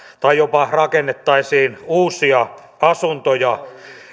tai jopa rakennettaisiin uusia asuntoja